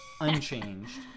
Unchanged